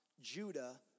Judah